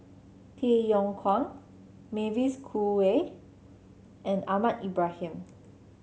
Tay Yong Kwang Mavis Khoo Oei and Ahmad Ibrahim